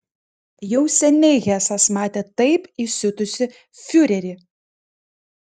jau seniai hesas matė taip įsiutusį fiurerį